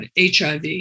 HIV